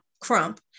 Crump